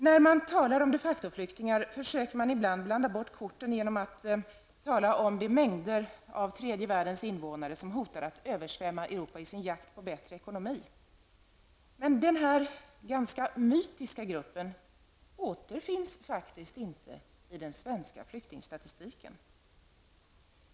När man talar om de facto-flyktingar försöker man ibland blanda bort korten genom att tala om de mängder av tredje världens invånare som hotar att översvämma Europa i sin jakt på bättre ekonomi. Men denna ganska mytiska grupp återfinns faktiskt inte i den svenska flyktingstatistiken.